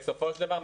בסופו של דבר,